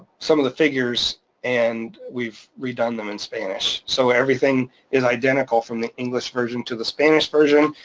some of the figures and we've redone them in spanish, so everything is identical from the english version to the spanish version.